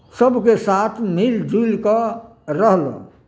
सभके साथ मिलि जुलि कऽ रहलहुँ